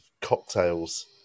cocktails